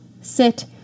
sit